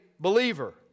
Believer